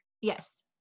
Yes